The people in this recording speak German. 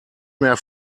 mehr